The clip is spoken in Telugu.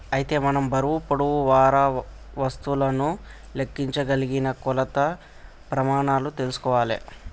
అయితే మనం బరువు పొడవు వారా వస్తువులను లెక్కించగలిగిన కొలత ప్రెమానాలు తెల్సుకోవాలే